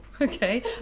okay